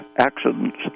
accidents